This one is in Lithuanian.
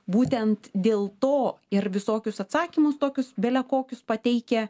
būtent dėl to ir visokius atsakymus tokius bele kokius pateikia